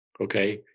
okay